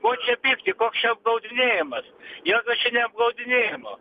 ko čia pykti koks čia apgaudinėjamas niekas čia neapgaudinėjama